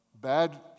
bad